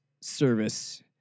service